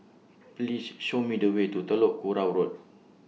Please Show Me The Way to Telok Kurau Road